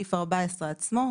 בסעיף 14 עצמו,